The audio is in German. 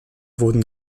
wurden